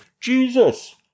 Jesus